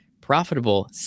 profitable